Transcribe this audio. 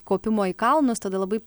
kopimo į kalnus tada labai